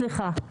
סליחה.